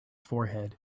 forehead